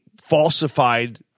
falsified –